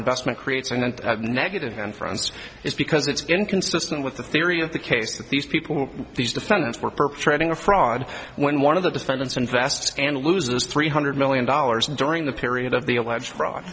investment creates and negative inference is because it's inconsistent with the theory of the case that these people these defendants were perpetrating a fraud when one of the defendants invest and loses three hundred million dollars during the period of the alleged fraud